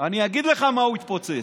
אני אגיד לך מה הוא התפוצץ.